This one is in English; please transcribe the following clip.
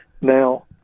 now